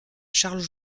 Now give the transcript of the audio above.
charles